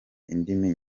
indimi